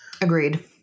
Agreed